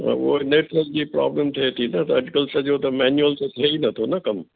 त उहो नेटवर्क जी प्रॉब्लम थिए थी न त अॼुकल्ह त सॼो मेन्यूअल त थिए ई नथो न कमु